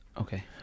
okay